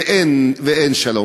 ואין שלום.